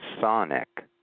sonic